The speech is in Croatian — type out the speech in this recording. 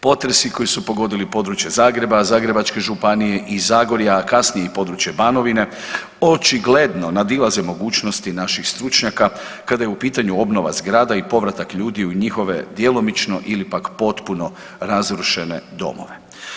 Potresi koji su pogodili područje Zagreba, Zagrebačke županije i Zagorja, a kasnije i područje Banovine, očigledno nadilaze mogućnosti naših stručnjaka kada je u pitanju obnova zgrada i povratak ljudi u njihove djelomično ili pak potpuno razrušene domove.